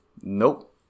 nope